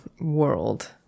world